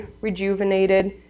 rejuvenated